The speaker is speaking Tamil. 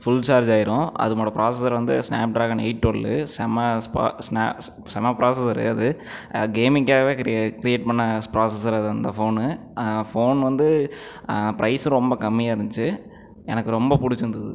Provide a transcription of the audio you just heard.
ஃபுல் சார்ஜ் ஆயிடும் அதுனோட பிராஸசர் வந்து ஸ்நாப்ட்ராகன் எய்ட் டுவல்லு சம பிராசஸரு அது கேமிங்காக கிரியே கிரியேட் பண்ண பிராசஸரு அந்த ஃபோனு ஃபோன் வந்து பிரைஸ் ரொம்ப கம்மியாக இருந்துச்சு எனக்கு ரொம்ப பிடிச்சிருந்துது